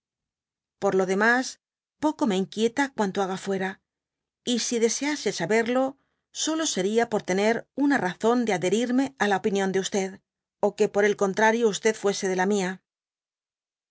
por lo denias poco me inquieta cuanto haga fuera y si desease saberlo solo seria por tener una razón de adherirme á la opinión de ó que por el contrario fuese de la mia